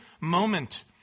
moment